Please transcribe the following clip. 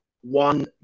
one